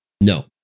no